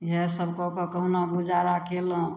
इएहसब कऽ कऽ कहुना गुजारा कएलहुँ